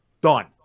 done